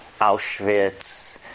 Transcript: Auschwitz